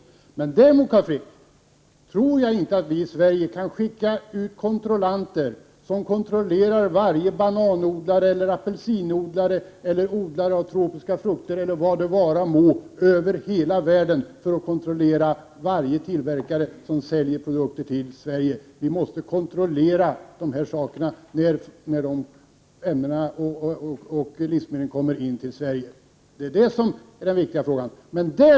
Jag tror däremot inte, Carl Frick, att vi från Sverige kan skicka ut kontrollanter över hela världen för att kontrollera varje odlare av bananer, apelsiner, tropiska frukter eller vad det vara må, som säljer produkter till Sverige. Förekomst av olika ämnen måste kontrolleras när livsmedlen införs till Sverige. Detta är viktigt.